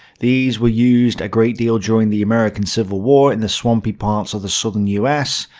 these were used a great deal during the american civil war in the swampy parts of the southern us.